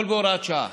בהוראת שעה,